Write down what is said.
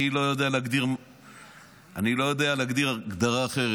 אני לא יודע להגדיר הגדרה אחרת.